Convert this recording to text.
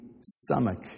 stomach